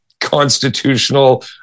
constitutional